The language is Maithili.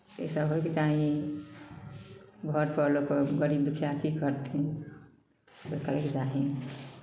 इसभ होयके चाही घरपर लोक गरीब दुखिया की करथिन जँ करयके चाही